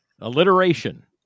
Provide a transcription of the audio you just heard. Alliteration